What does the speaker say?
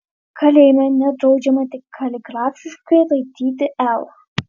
kalėjime nedraudžiama tik kaligrafiškai raityti l